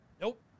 Nope